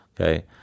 Okay